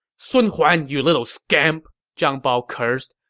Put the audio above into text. sun huan, you little scamp! zhang bao cursed.